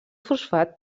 fosfat